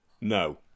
No